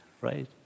right